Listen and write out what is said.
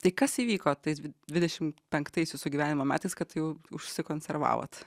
tai kas įvyko tais dvidešim penktais jūsų gyvenimo metais kad jau užsikonservavot